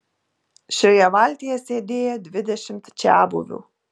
šioje valtyje sėdėjo dvidešimt čiabuvių